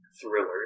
thriller